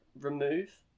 remove